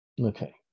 Okay